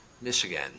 Michigan